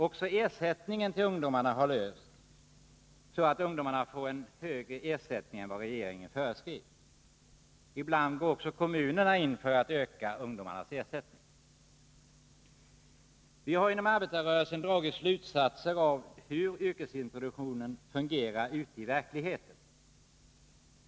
Också frågan om ersättningen till ungdomarna har lösts, så att ungdomarna får en högre ersättning än vad regeringen föreskrev. Ibland går också kommunerna in för att öka ungdomarnas ersättning. Vi har inom arbetarrörelsen dragit slutsatser av hur yrkesintroduktionen fungerar i verkligheten.